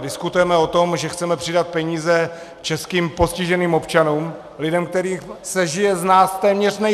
Diskutujeme o tom, že chceme přidat peníze českým postiženým občanům, lidem, kterým se žije z nás téměř nejhůř.